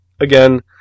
again